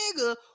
nigga